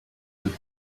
with